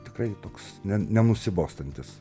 tikrai toks nenusibostantis